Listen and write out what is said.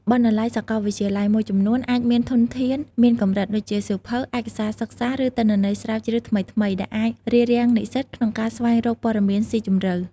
បណ្ណាល័យសាកលវិទ្យាល័យមួយចំនួនអាចមានធនធានមានកម្រិត ដូចជាសៀវភៅ ឯកសារសិក្សា ឬទិន្នន័យស្រាវជ្រាវថ្មីៗ ដែលអាចរារាំងនិស្សិតក្នុងការស្វែងរកព័ត៌មានស៊ីជម្រៅ។